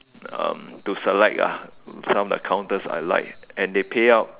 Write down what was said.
um to select ah some of the counters I like and they pay out